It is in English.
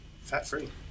Fat-free